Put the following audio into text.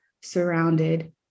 surrounded